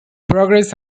progress